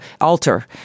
alter